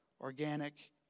organic